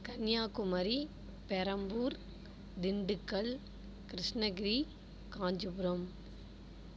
Kanyakumari Perambur Dindigul Krishnagiri Kanchipuram